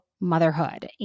motherhood